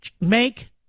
make